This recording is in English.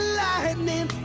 lightning